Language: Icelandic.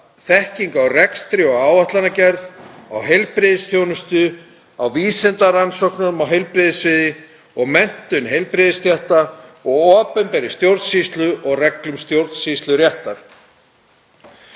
þekkingu á rekstri og áætlanagerð, á heilbrigðisþjónustu og vísindarannsóknum á heilbrigðissviði og menntun heilbrigðisstétta og á opinberri stjórnsýslu og reglum stjórnsýsluréttar.“